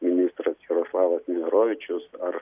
ministras jaroslavas neverovičius ar